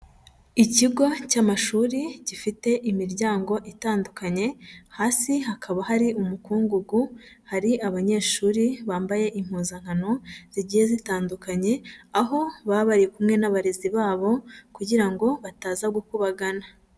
Ikigo cy'amashuri gifite imiryango itandukanye, hasi hakaba hari umukungugu, hari abanyeshuri bambaye impuzankano zigiye zitandukanye aho baba bari kumwe n'abarezi babo kugira ngo bataza gukubagana.